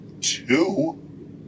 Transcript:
two